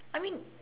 I mean